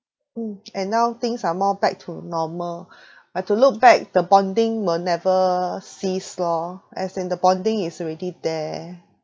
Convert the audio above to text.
mm and now things are more back to normal but to look back the bonding will never cease lor as in the bonding is already there